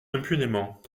impunément